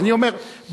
אני אומר,